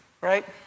right